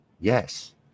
yes